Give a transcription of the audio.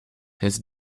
his